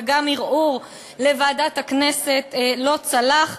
וגם ערעור לוועדת הכנסת לא צלח.